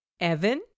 Evan